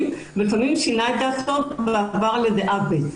ולפעמים שינה את דעתו ועבר לדעה ב'.